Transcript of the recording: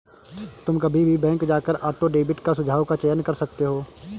तुम कभी भी बैंक जाकर ऑटो डेबिट का सुझाव का चयन कर सकते हो